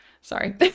Sorry